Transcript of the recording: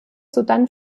sodann